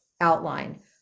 outline